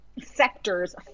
sectors